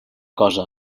cosa